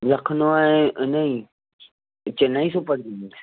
लखनऊ ऐं उनजी Chennai Super king